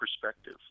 perspective